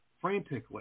frantically